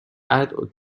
add